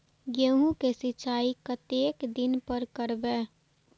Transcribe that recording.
गेहूं का सीचाई कतेक दिन पर करबे?